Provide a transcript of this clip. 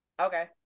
Okay